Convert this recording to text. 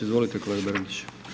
Izvolite kolega Bernardić.